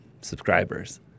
subscribers